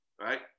right